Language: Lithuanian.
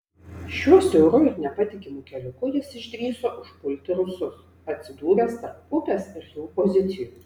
šiuo siauru ir nepatikimu keliuku jis išdrįso užpulti rusus atsidūręs tarp upės ir jų pozicijų